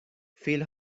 فیل